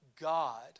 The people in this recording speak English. God